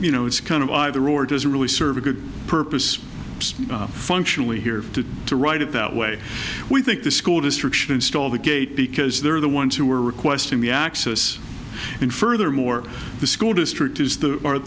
you know it's kind of either or it doesn't really serve a good purpose functionally here to to write it that way we think the school district should install the gate because they're the ones who are requesting the access and furthermore the school district is the